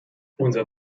unser